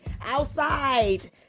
Outside